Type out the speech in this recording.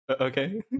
okay